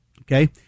okay